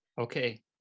okay